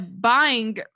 buying